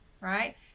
right